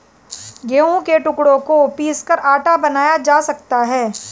गेहूं के टुकड़ों को पीसकर आटा बनाया जा सकता है